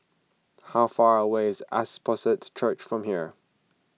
how far away is Apostolic Church from here